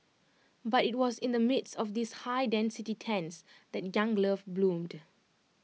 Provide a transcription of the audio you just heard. but IT was in the midst of these high density tents that young love bloomed